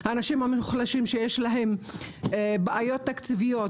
האנשים המוחלשים שיש להם בעיות תקציביות,